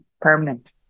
permanent